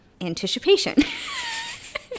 Anticipation